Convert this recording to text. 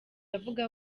avuga